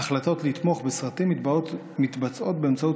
ההחלטות לתמוך בסרטים מתבצעות באמצעות